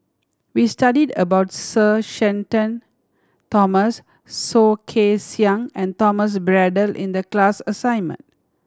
we studied about Sir Shenton Thomas Soh Kay Siang and Thomas Braddell in the class assignment